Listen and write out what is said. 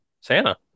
Santa